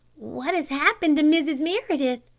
what has happened to mrs. meredith?